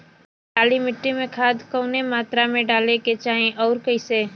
काली मिट्टी में खाद कवने मात्रा में डाले के चाही अउर कइसे?